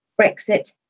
Brexit